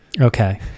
Okay